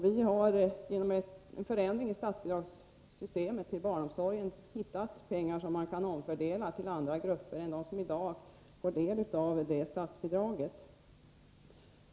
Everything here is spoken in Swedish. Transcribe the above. Vi har, genom en förändring i statsbidraget till barnomsorgen, hittat pengar som kan omfördelas till andra grupper än dem som i dag får del av detta statsbidrag.